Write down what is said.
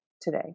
today